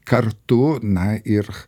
kartu na ir